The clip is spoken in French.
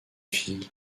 fille